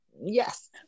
yes